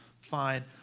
Fine